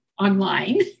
online